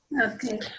Okay